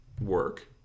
work